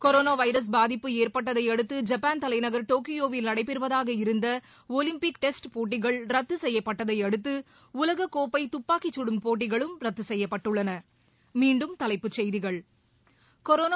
corona virus பாதிப்பு ஏற்பட்டதையடுத்து Japan தலைநகர் டோக்கியோவில் நடைபெறுவதாக இருந்த ஒலிம்பிக் டெஸ்ட் போட்டிகள் ரத்து செய்யப்பட்டதையடுத்து உலகக்கோப்பை துப்பாக்கிச்சுடும் போட்டிகளும் ரத்து செய்யப்பட்டுள்ளன